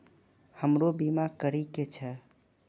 हमरो बीमा करीके छः?